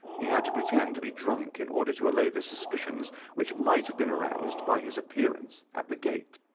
he had to pretend to be drunk in order to allay the suspicions which might have been aroused by his appearance at the gate.